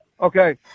Okay